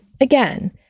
again